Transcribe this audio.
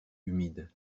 humides